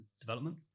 development